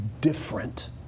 different